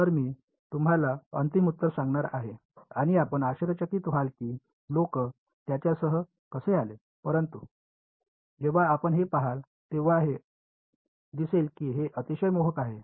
तर मी तुम्हाला अंतिम उत्तर सांगणार आहे आणि आपण आश्चर्यचकित व्हाल की लोक त्याच्यासह कसे आले परंतु जेव्हा आपण ते पहाल तेव्हा हे दिसेल की हे अतिशय मोहक आहे